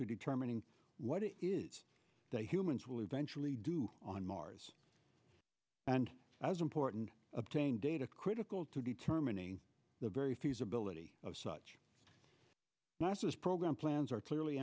determining what it is that humans will eventually do on mars and as important obtain data critical to determining the very feasibility of such masters program plans are clearly